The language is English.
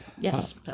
Yes